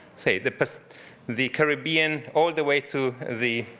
say, the the caribbean all the way to the